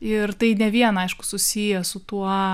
ir tai ne vien aišku susiję su tuo